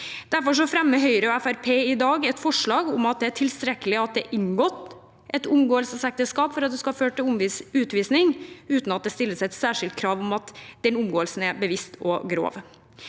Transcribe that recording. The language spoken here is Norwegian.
Derfor fremmer Høyre og Fremskrittspartiet i dag et forslag om at det er tilstrekkelig at det er inngått et omgåelsesekteskap for at det skal føre til utvisning, uten at det stilles et særskilt krav om at den omgåelsen er bevisst og grov.